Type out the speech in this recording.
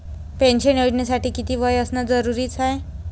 Pension योजनेसाठी कितीक वय असनं जरुरीच हाय?